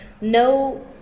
no